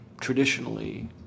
traditionally